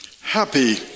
Happy